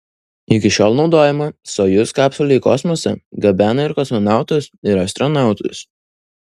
iki šiol naudojama sojuz kapsulė į kosmosą gabena ir kosmonautus ir astronautus